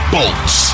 Bolts